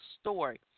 story